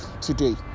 today